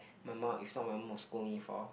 my mum if not my mum will scold me for